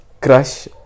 crush